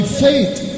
faith